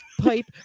pipe